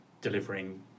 delivering